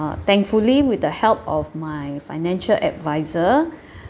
thankfully with the help of my financial advisor